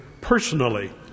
personally